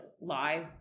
live